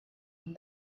and